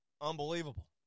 unbelievable